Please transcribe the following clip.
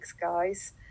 guys